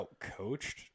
outcoached